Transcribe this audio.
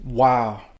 Wow